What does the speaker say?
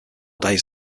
days